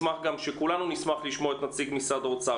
וכולנו נשמח לשמוע את נציג משרד האוצר.